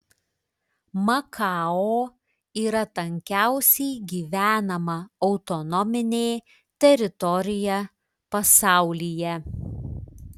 makao yra tankiausiai gyvenama autonominė teritorija pasaulyje